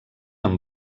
amb